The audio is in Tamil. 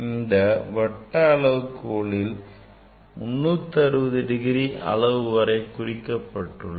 இந்த வட்ட அளவுகோலில் 360 டிகிரி அளவு வரை குறிக்கப்பட்டுள்ளது